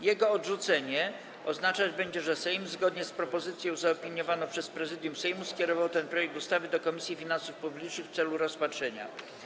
Jego odrzucenie oznaczać będzie, że Sejm zgodnie z propozycją zaopiniowaną przez Prezydium Sejmu skierował ten projekt ustawy do Komisji Finansów Publicznych w celu rozpatrzenia.